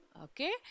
Okay